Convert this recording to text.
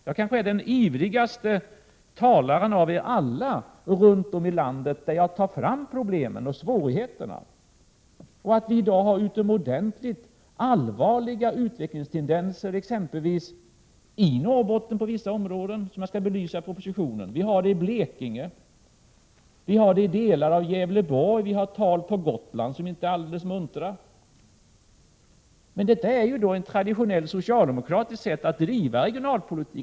Jag kanske är den ivrigaste talaren av er alla runt om i landet. Jag tar fram problemen och svårigheterna. Vi har i dag utomordentligt allvarliga utvecklingstendenser, exempelvis på vissa områden i Norrbotten som jag skall belysa i propositionen. Vi har det i Blekinge och i delar av Gävleborgs län. Vi har siffror från Gotland som inte är muntra. Detta är emellertid ett traditionellt socialdemokratiskt sätt att driva regionalpolitik.